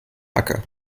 acker